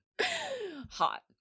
Hot